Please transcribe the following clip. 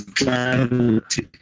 clarity